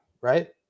right